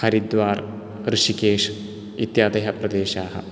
हरिद्वारम् ऋषिकेशम् इत्यादयः प्रदेशाः